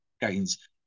gains